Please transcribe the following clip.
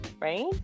right